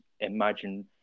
imagine